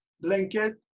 blanket